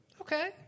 Okay